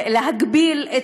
להגביל את